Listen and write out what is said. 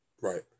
Right